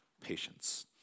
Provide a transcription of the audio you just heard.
patience